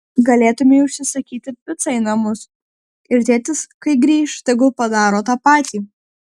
galėtumei užsisakyti picą į namus ir tėtis kai grįš tegul padaro tą patį